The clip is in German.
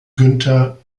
günther